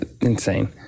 insane